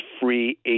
free